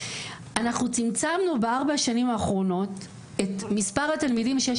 אנחנו צמצמנו בארבע השנים האחרונות את מספר התלמידים שיש